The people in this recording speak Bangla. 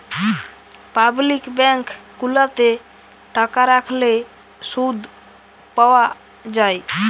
পাবলিক বেঙ্ক গুলাতে টাকা রাখলে শুধ পাওয়া যায়